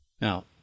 Now